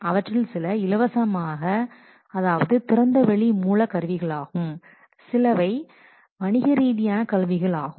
அவற்றில் சில இலவசமான அதாவது திறந்தவெளி மூல கருவிகளாகும் சிலவை வணிகரீதியான கருவிகளாகும்